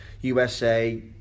USA